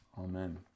Amen